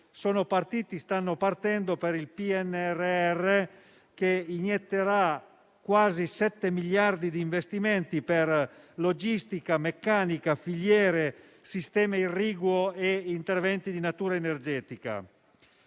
stanno partendo per il PNRR, che inietterà quasi 7 miliardi di investimenti per logistica, meccanica, filiere, sistema irriguo e interventi di natura energetica.